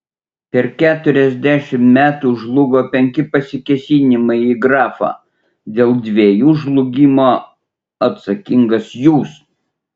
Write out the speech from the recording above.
per keturiasdešimt metų žlugo penki pasikėsinimai į grafą dėl dviejų žlugimo atsakingas jūs